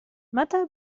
متى